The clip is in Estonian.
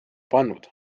pannud